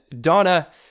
Donna